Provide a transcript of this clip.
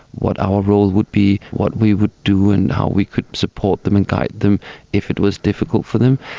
what our role would be, what we would do and how we could support them and guide them if it was difficult for them.